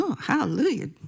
Hallelujah